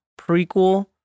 prequel